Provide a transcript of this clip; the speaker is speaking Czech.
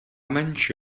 menší